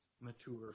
mature